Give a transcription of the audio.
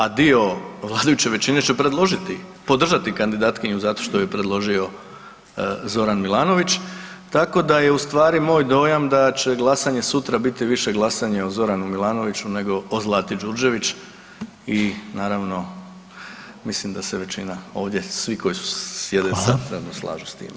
A dio vladajuće većine će podržati kandidatkinju zato što ju je predložio Zoran Milanović, tako da je u stvari moj dojam da će glasanje sutra biti više glasanje o Zoranu Milanoviću nego o Zlati Đurđević i naravno, mislim da se većina ovdje, svi koji sjede sad trenutno slažu s time.